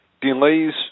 delays